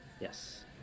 yes